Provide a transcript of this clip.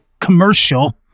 commercial